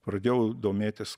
pradėjau domėtis